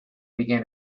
began